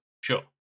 Sure